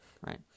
right